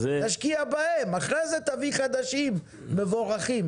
תשקיע בהם ואחרי זה תביא חדשים מבורכים.